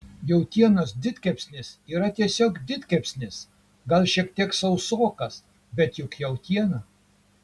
jautienos didkepsnis yra tiesiog didkepsnis gal šiek tiek sausokas bet juk jautiena